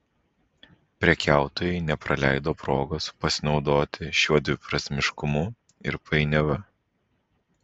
prekiautojai nepraleido progos pasinaudoti šiuo dviprasmiškumu ir painiava